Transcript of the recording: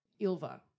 Ilva